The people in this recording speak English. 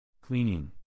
Cleaning